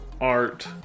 art